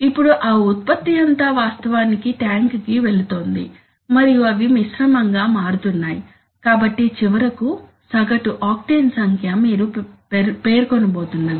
ఇప్పుడు ఆ ఉత్పత్తి అంతా వాస్తవానికి ట్యాంక్కి వెళుతోంది మరియు అవి మిశ్రమంగా మారుతున్నాయి కాబట్టి చివరకు సగటు ఆక్టేన్ సంఖ్య మీరు పేర్కొనబోతున్నది